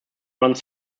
runs